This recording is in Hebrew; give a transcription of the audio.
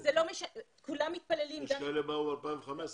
יש כאלה שבאו ב-2015.